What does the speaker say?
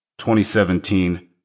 2017